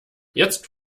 jetzt